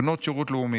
בנות שירות לאומי,